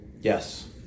Yes